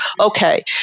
Okay